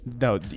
No